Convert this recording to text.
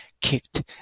kicked